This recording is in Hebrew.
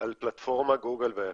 על פלטפורמת גוגל ואפל.